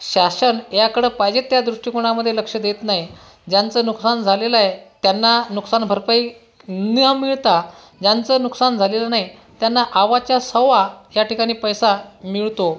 शासन याकडे पाहिजे त्या दृष्टिकोनामध्ये लक्ष देत नाही ज्यांचं नुकसान झालेलं आहे त्यांना नुकसान भरपाई न मिळता ज्यांचं नुकसान झालेलं नाही त्यांना अवाच्या सव्वा या ठिकाणी पैसा मिळतो